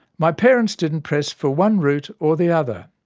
my parents didn't press for one route or the other.